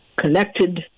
connected